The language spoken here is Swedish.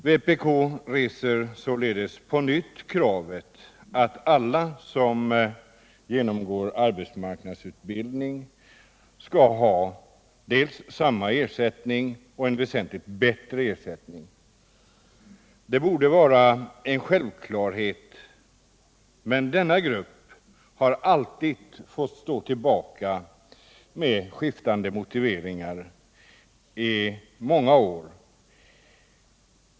Vpk reser således på nytt kravet att alla som genomgår arbetsmarknadsutbildning skall ha dels lika stor ersättning, dels en väsentligt högre ersättning än nu. Detta borde vara en självklarhet, men denna grupp har med skiftande motiveringar alltid fått stå tillbaka.